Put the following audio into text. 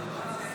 ההסתייגות